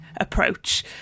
approach